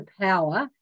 power